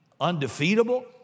undefeatable